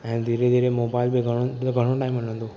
ऐं धीरे धीरे मोबाइल बि घणो घणो टाइम हलंदो